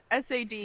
SAD